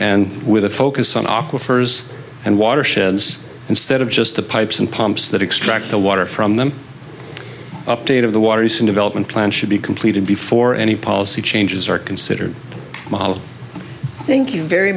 and with a focus on aqua firs and watersheds instead of just the pipes and pumps that extract the water from them up to date of the water use in development plan should be completed before any policy changes are considered model thank you very